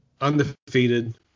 Undefeated